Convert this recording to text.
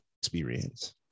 experience